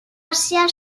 àsia